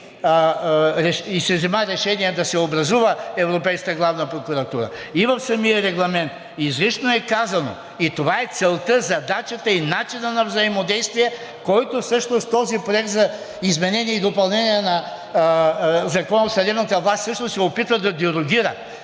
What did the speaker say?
и се взе решение да се образува Европейската главна прокуратура, и в самия регламент изрично е казано, и това е целта, задачата и начинът на взаимодействие, който всъщност този проект за изменение и допълнение на Закона за съдебната власт се опитва да дерогира.